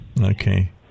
Okay